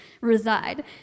reside